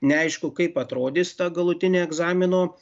neaišku kaip atrodys ta galutinė egzamino